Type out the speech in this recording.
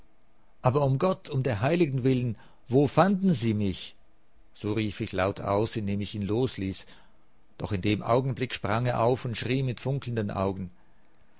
aber um gott um der heiligen willen wo fanden sie mich so rief ich laut aus indem ich ihn losließ doch in dem augenblick sprang er auf und schrie mit funkelnden augen